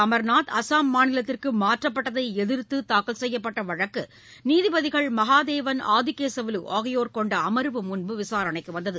அமர்நாத் அஸ்ஸாம் மாநிலத்திற்குமாற்றப்பட்டதைஎதிர்த்துதாக்கல் செய்யப்பட்டவழக்கு நீதிபதிகள் மகாதேவன் ஆதிகேசவலுஆகியோரைக் கொண்டஅமர்வு முன்பு விசாரணைக்குவந்தது